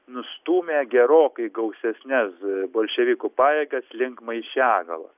nustūmė gerokai gausesnes bolševikų pajėgas link maišiagala